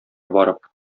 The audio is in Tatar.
барып